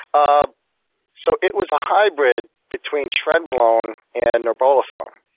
um so it was a hybrid between trenbolone and norbolethone.